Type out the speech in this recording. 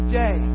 day